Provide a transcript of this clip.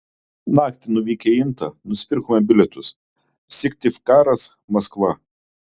naktį nuvykę į intą nusipirkome bilietus syktyvkaras maskva